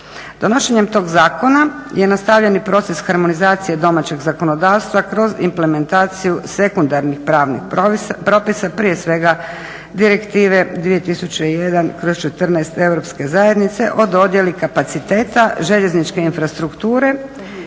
Donošenjem tog zakona je nastavljeni proces harmonizacije domaćeg zakonodavstva kroz implementaciju sekundarnih pravnih propisa prije svega direktive 2001/14 Europske zajednice o dodjeli kapaciteta željezničke infrastrukture